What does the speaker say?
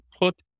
put